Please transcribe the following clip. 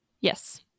yes